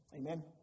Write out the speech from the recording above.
Amen